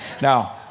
Now